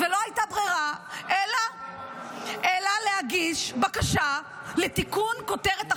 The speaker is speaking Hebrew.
ולא הייתה ברירה אלא להגיש בקשה לתיקון כותרת החוק,